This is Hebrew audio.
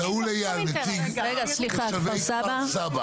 שאול אייל נציג תושבי כפר סבא.